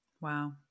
Wow